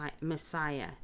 messiah